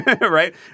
right